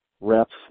reps